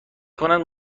کنند